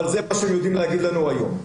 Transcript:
אבל זה מה שהם יודעים להגיד לנו היום.